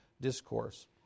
discourse